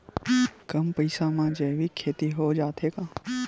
कम पईसा मा जैविक खेती हो जाथे का?